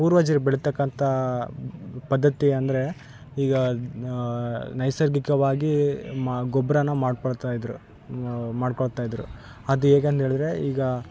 ಪೂರ್ವಜರು ಬಿಡ್ತಕ್ಕಂಥ ಪದ್ಧತಿ ಅಂದರೆ ಈಗ ನೈಸರ್ಗಿಕವಾಗಿ ಮಾ ಗೊಬ್ರ ಮಾಡ್ಕೊಳ್ತಾಯಿದ್ರು ಮಾಡ್ಕೊಳ್ತಾಯಿದ್ರು ಅದು ಹೇಗಂತೇಳಿದ್ರೆ ಈಗ